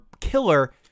killer